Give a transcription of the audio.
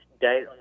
date